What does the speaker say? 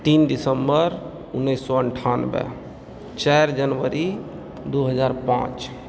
तीन दिसम्बर उन्नैस सए अनठानबे चारि जनवरी दू हजार पाँच